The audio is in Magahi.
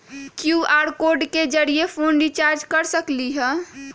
कियु.आर कोड के जरिय फोन रिचार्ज कर सकली ह?